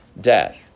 death